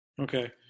Okay